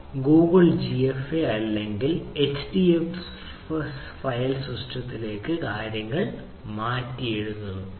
തുടർന്ന് നമ്മൾ അടിസ്ഥാനപരമായി Google അല്ലെങ്കിൽ GFA അല്ലെങ്കിൽ HDFS ഫയൽ സിസ്റ്റത്തിലേക്ക് മറ്റ് കാര്യങ്ങൾ എഴുതുന്നു